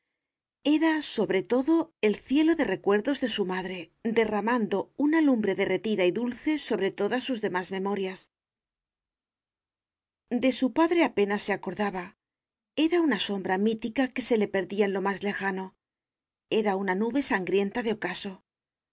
era sobre todo el cielo de recuerdos de su madre derramando una lumbre derretida y dulce sobre todas sus demás memorias de su padre apenas se acordaba era una sombra mítica que se le perdía en lo más lejano era una nube sangrienta de ocaso